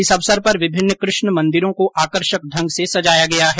इस अवसर पर विभिन्न कृष्ण मंदिरों को आकर्षक ढंग से सजाया गया है